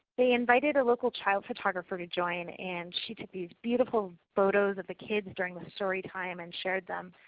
they invited a local child photographer to join and she took these beautiful photos of the kids during the story time and shared them.